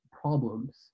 problems